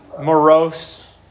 morose